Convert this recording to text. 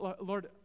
Lord